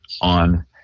on